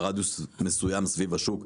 ברדיוס מסוים סביב השוק,